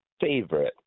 favorite